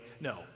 No